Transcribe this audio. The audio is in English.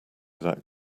that